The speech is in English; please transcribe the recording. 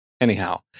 anyhow